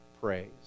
praise